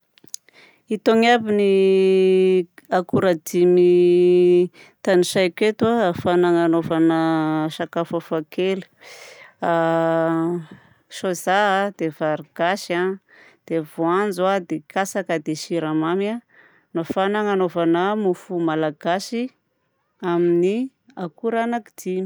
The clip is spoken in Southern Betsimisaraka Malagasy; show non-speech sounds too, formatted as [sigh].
Itôny aby ny [hesitation] akora dimy [hesitation] tanisaiko eto ahafahana hanaovana sakafo hafakely: a [hesitation] sôzà a, dia vary gasy a, dia voanjo a, dia katsaka, dia siramamy a no ahafahana hanaovana mofo malagasy amin'ny akora anaki-dimy.